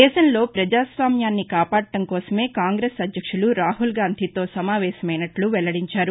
దేశంలో ప్రజాస్వామ్యాన్ని కాపాడటం కోసమే కాంగ్రెస్ అధ్యక్షులు రాహుల్ గాంధీతో సమావేసమైనట్ల వెల్లడించారు